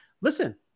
listen